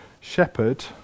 shepherd